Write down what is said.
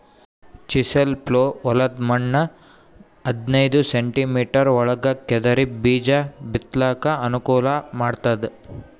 chisel plough ಹೊಲದ್ದ್ ಮಣ್ಣ್ ಹದನೈದ್ ಸೆಂಟಿಮೀಟರ್ ಒಳಗ್ ಕೆದರಿ ಬೀಜಾ ಬಿತ್ತಲಕ್ ಅನುಕೂಲ್ ಮಾಡ್ತದ್